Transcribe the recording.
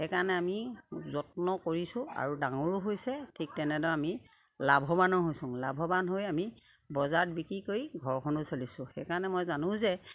সেইকাৰণে আমি যত্ন কৰিছোঁ আৰু ডাঙৰো হৈছে ঠিক তেনেদৰে আমি লাভৱানো হৈছোঁ লাভৱান হৈ আমি বজাৰত বিক্ৰী কৰি ঘৰখনো চলিছোঁ সেইকাৰণে মই জানো যে